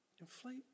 inflate